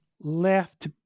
left